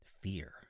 fear